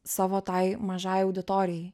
savo tai mažai auditorijai